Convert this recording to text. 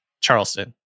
Charleston